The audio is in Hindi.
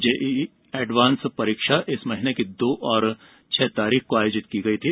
जेईई एडवांस्ड परीक्षा इस महीने की दो और छह तारीख को आयोजित की गई थी